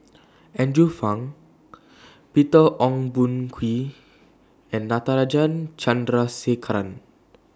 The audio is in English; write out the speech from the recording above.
Andrew Phang Peter Ong Boon Kwee and Natarajan Chandrasekaran